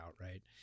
right